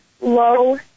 low